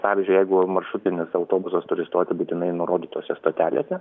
pavyzdžiui jeigu maršrutinis autobusas turi stoti būtinai nurodytose stotelėse